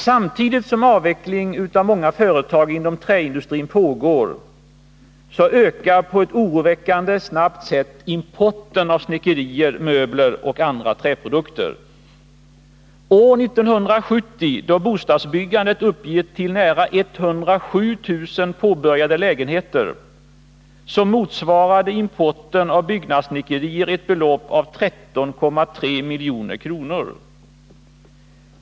Samtidigt som avveckling utav många företag inom träindustrin pågår ökar på ett oroväckande snabbt sätt importen av snickerier, möbler och andra träprodukter. År 1970, då bostadsbyggandet uppgick till nära 107000 påbörjade lägenheter, motsvarade importen av byggnadssnickerier ett belopp av 13,3 milj.kr.